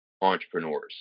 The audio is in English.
entrepreneurs